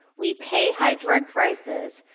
we pay high drug prices,